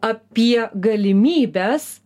apie galimybes